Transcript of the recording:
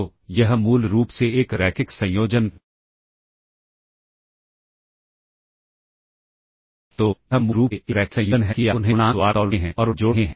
तो यह मूल रूप से एक रैखिक संयोजन तो यह मूल रूप से एक रैखिक संयोजन है कि आप उन्हें गुणांक द्वारा तौल रहे हैं और उन्हें जोड़ रहे हैं